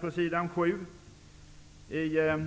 Det är